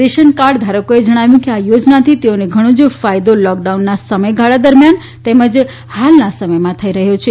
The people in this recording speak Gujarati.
રેશનકાર્ડ ધારકોએ જણાવ્યું હતું કે આ યોજનાથી તેઓને ઘણો જ ફાયદો લોક ડાઉનના સમયગાળા દરમિયાન તેમજ હાલના સમયમાં થઇ રહ્યો છે